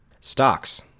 stocks